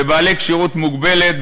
בבעלי כשירות מוגבלת,